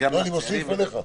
אני מוסיף עליך.